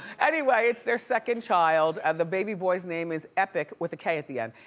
anyway, it's their second child and the baby boy's name is epik with a k at the end.